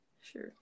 Sure